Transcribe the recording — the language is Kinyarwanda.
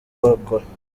bakora